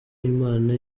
imana